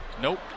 Nope